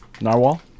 Narwhal